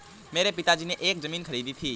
मेरे पिताजी ने एक जमीन खरीदी थी